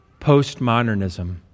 postmodernism